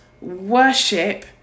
worship